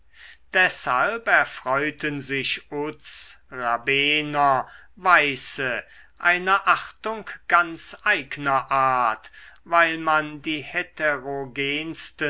deshalb erfreuten sich uz rabener weiße einer achtung ganz eigner art weil man die